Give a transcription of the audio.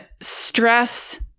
Stress